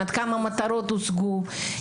עד כמה המטרות הושגו,